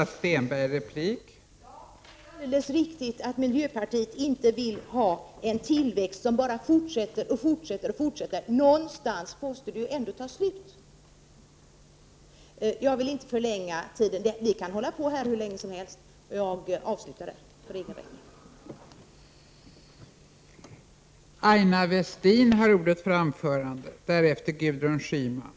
Fru talman! Ja, det är alldeles riktigt att miljöpartiet inte vill ha en tillväxt som bara fortsätter och fortsätter. Någonstans måste det ändå ta slut. Jag vill inte förlänga debatten. Vi kan hålla på här hur länge som helst. Jag avslutar därför nu debatten för egen räkning.